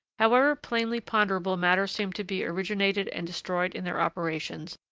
however plainly ponderable matter seemed to be originated and destroyed in their operations,